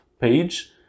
page